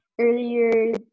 earlier